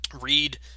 read